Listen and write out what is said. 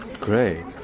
Great